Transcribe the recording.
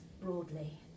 broadly